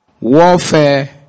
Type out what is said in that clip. Warfare